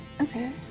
Okay